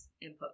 input